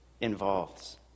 involves